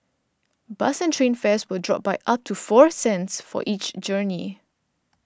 bus and train fares will drop by up to four cents for each journey